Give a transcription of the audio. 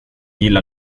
gillar